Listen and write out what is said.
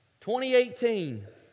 2018